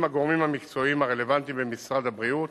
הגורמים המקצועיים הרלוונטיים במשרד הבריאות